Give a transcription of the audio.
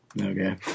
Okay